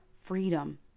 freedom